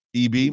eb